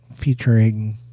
featuring